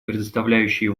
предоставляющие